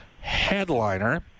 headliner